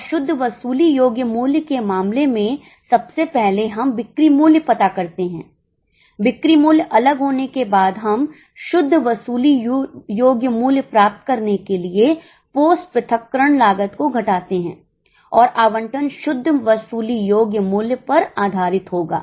और शुद्ध वसूली योग्य मूल्य के मामले में सबसे पहले हम बिक्री मूल्य पता करते हैं बिक्री मूल्य अलग होने के बाद हम शुद्ध वसूली योग्य मूल्य प्राप्त करने के लिए पोस्ट पृथक्करण लागत को घटाते हैं और आवंटन शुद्ध वसूली योग्य मूल्य पर आधारित होगा